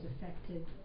affected